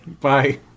bye